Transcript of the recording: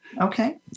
Okay